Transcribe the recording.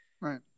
right